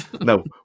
No